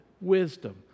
wisdom